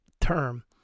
term